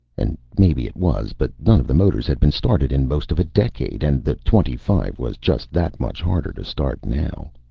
and maybe it was, but none of the motors had been started in most of a decade, and the twenty-five was just that much harder to start now.